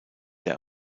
der